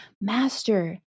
Master